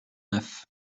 neuf